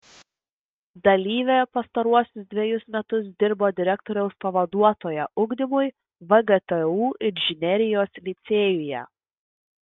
dalyvė pastaruosius dvejus metus dirbo direktoriaus pavaduotoja ugdymui vgtu inžinerijos licėjuje